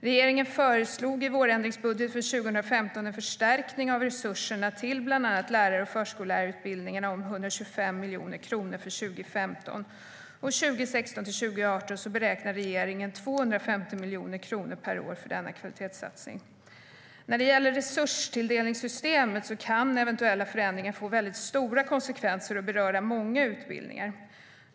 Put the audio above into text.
Regeringen föreslog i vårändringsbudgeten för 2015 en förstärkning av resurserna till bland annat lärar och förskollärarutbildningarna om 125 miljoner kronor för 2015. För 2016-2018 beräknar regeringen 250 miljoner kronor per år. När det gäller resurstilldelningssystemet kan eventuella förändringar få stora konsekvenser och beröra många utbildningar.